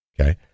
Okay